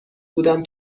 بودم